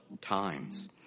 times